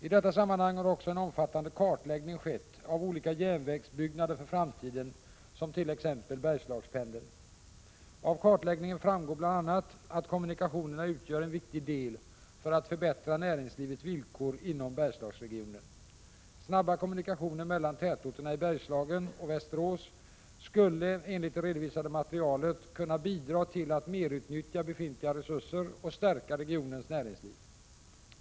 I detta sammanhang har också en omfattande kartläggning skett av olika järnvägsutbyggnader för framtiden som t.ex. ”Bergslagspendeln”. Av kartläggningen framgår bl.a. att kommunikationerna utgör en viktig del för att förbättra näringslivets villkor inom Bergslagsregionen. Snabba kommunikationer mellan tätorterna i Bergslagen och Västerås skulle enligt det redovisade materialet kunna bidra till att mer utnyttja befintliga resurser och stärka regionens näringsliv.